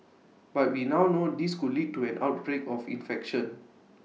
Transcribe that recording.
but we now know this could lead to an outbreak of infection